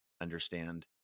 understand